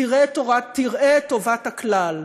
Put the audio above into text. תראה את טובת הכלל,